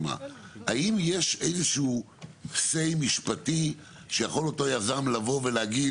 האם יש איזושהי אמירה משפטית שיכול אותו יזם לבוא ולהגיד,